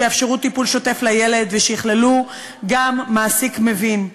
שיאפשרו טיפול שוטף לילד ושיכללו גם מעסיק מבין.